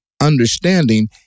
Understanding